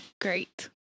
great